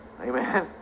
Amen